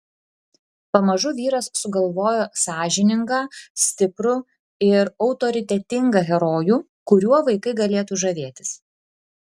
pamažu vyras sugalvojo sąžiningą stiprų ir autoritetingą herojų kuriuo vaikai galėtų žavėtis